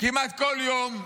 כמעט כל יום,